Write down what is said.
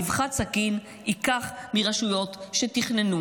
באבחת סכין הוא ייקח מרשויות שתכננו